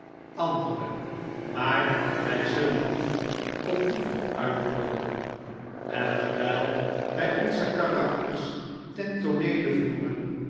andere maar wij zullen niet op die vooruitloopen en terwijl wij onze karakters ten tooneele voeren